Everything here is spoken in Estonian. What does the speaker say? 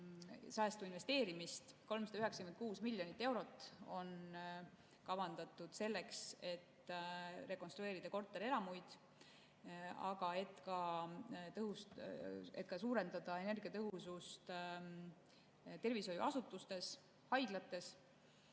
investeerimist. 396 miljonit eurot on kavandatud selleks, et rekonstrueerida korterelamuid ja ka suurendada energiatõhusust tervishoiuasutustes, haiglates.